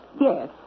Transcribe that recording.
Yes